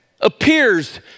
appears